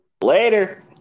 Later